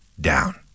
down